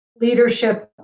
leadership